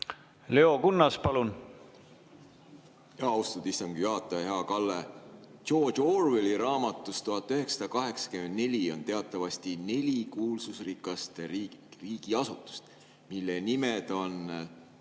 Leo Kunnas, palun! Austatud istungi juhataja! Hea Kalle! George Orwelli raamatus "1984" on teatavasti neli kuulsusrikast riigiasutust, mille nimed on